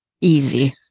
easy